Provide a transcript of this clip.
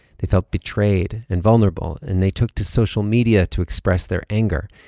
they felt betrayed and vulnerable, and they took to social media to express their anger.